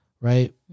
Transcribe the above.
right